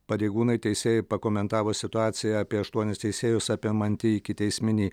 pareigūnai teisėjai pakomentavo situaciją apie aštuonis teisėjus apimantį ikiteisminį